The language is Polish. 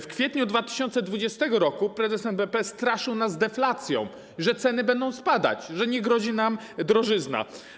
W kwietniu 2020 r. prezes NBP straszył nas deflacją, że ceny będą spadać, że nie grozi nam drożyzna.